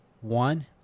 One